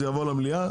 זה יעבור למליאה,